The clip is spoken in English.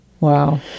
Wow